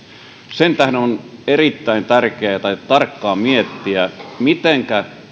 sen tähden on erittäin tärkeää tarkkaan miettiä mitenkä